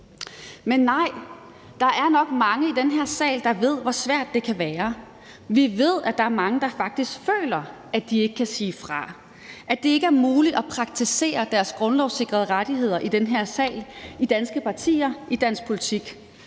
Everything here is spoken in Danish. Men nej, der er nok mange i den her sal, der ved, hvor svært det kan være. Vi ved, at der er mange, der faktisk føler, at de ikke kan sige fra; at det ikke er muligt at praktisere deres grundlovssikrede rettigheder i den her sal, i danske partier, i dansk politik.